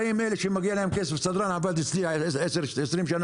באים אלה שמגיע להם כסף סדרן עבד אצלי 20 שנה,